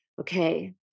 okay